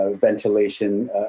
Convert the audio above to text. ventilation